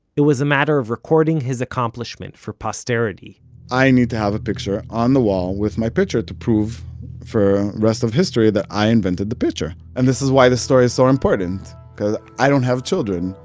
it was a matter of recording his accomplishment for posterity i need to have a picture on the wall, with my pitcher, to prove for rest of history, that i invented the pitcher. and this is why the story is so important, cuz' i don't have children.